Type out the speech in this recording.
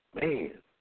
man